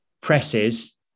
presses